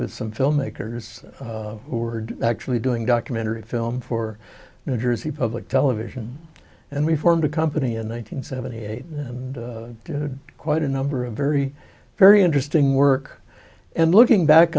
with some filmmakers who are actually doing documentary film for new jersey public television and we formed a company in one nine hundred seventy eight and did quite a number of very very interesting work and looking back